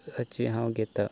साची हांव घेतां